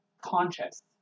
conscious